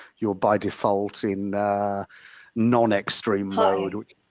you're by default in non-extreme mode.